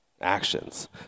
actions